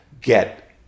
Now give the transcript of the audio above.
get